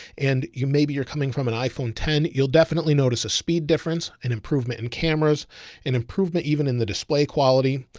and you maybe you're coming from an iphone ten, you'll definitely notice a speed difference and improvement in cameras and improvement. even in the display quality,